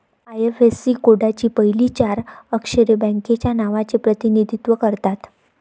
IFSC कोडची पहिली चार अक्षरे बँकेच्या नावाचे प्रतिनिधित्व करतात